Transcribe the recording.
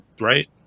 right